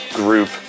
group